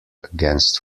against